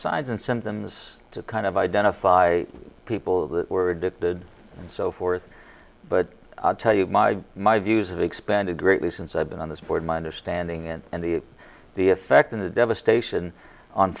signs and symptoms to kind of identify people that were addicted and so forth but i'll tell you my my views of expanded greatly since i've been on this board my understanding and and the the effect of the devastation on